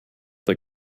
der